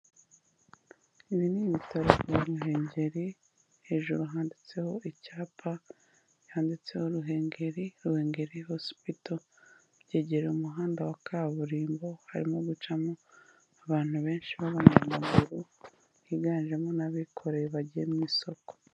Ibi ni imitaro bya Ruhengeri hejuru handitseho icyapa cyanditseho Ruhengeri, Ruhengeri hospital, byegera umuhanda wa kaburimbo harimo gucamo abantu benshi b'abanyamaguru, higanjemo n'abikoreye bagiye mu isoko.